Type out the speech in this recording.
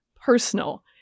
personal